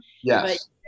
Yes